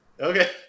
Okay